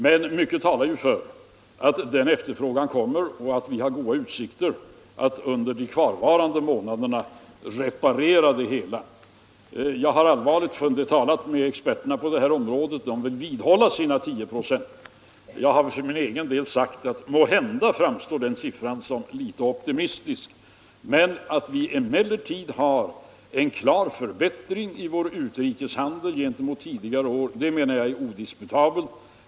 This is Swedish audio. Men mycket talar för att efterfrågan kommer och att vi har goda utsikter att under de kvarvarande månaderna reparera det hela. Jag har talat med experter på detta område. De vill vidhålla sina 10 96. Jag har för egen del sagt mig att måhända framstår den siffran som litet för optimistisk. Men att vi har en klar förbättring i vår utrikeshandel jämfört med tidigare år är enligt min mening odiskutabelt.